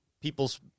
people's